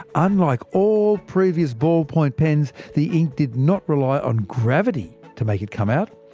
unlike all previous ballpoint pens, the ink did not rely on gravity to make it come out.